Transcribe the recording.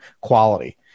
quality